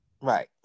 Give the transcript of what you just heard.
Right